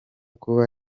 kuba